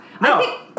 No